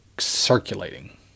circulating